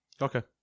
Okay